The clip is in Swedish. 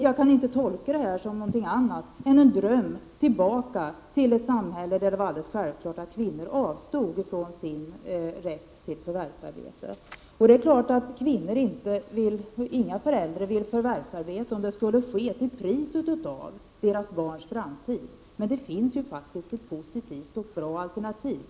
Jag kan inte tolka det på annat sätt än att hon ”drömmer” sig tillbaka till ett samhälle där det var självklart att kvinnan avstod från sin rätt till förvärvsarbete. Ingen kvinna, och ingen förälder över huvud taget, skulle i och för sig vilja förvärvsarbeta om det var till priset av deras barns framtid. Det finns dock ett positivt och bra alternativ.